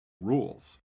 rules